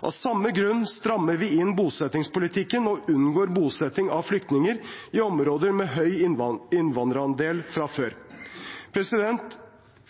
Av samme grunn strammer vi inn bosettingspolitikken og unngår bosetting av flyktninger i områder med høy innvandrerandel fra før.